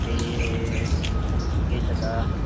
ए ठिकै छ त